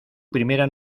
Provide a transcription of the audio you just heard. primera